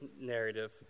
narrative